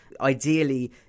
Ideally